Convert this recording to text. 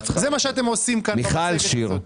זה מה שאתם עושים כאן במצגת הזאת.